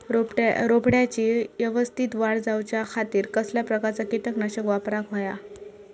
रोपट्याची यवस्तित वाढ जाऊच्या खातीर कसल्या प्रकारचा किटकनाशक वापराक होया?